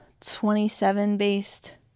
27-based